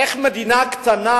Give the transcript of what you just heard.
איך מדינה קטנה,